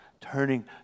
turning